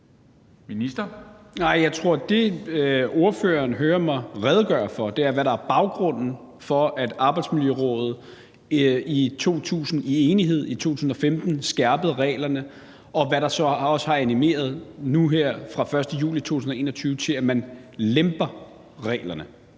jeg tror, at det, ordføreren hører mig redegøre for, er, hvad der er baggrunden for, at Arbejdsmiljørådet i enighed i 2015 skærpede reglerne, og hvad er der så nu her fra 1. juli 2021 også har animeret til, at man lemper reglerne.